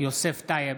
יוסף טייב,